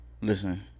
Listen